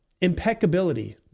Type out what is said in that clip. impeccability